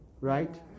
right